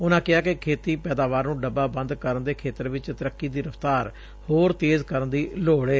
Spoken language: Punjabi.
ਉਨਾਂ ਕਿਹਾ ਕਿ ਖੇਤੀ ਪੈਦਾਵਾਰ ਨੂੰ ਡੱਬਾ ਬੰਦ ਕਰਨ ਦੇ ਖੇਤਰ ਵਿਚ ਤਰੱਕੀ ਦੀ ਰਫ਼ਤਾਰ ਹੋਰ ਤੇਜ਼ ਕਰਨ ਦੀ ਲੌੜ ਏ